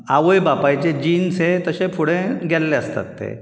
आवय बापायचे जिन्स हे तशे फुडे गेल्ले आसतात ते